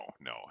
no